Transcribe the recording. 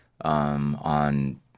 on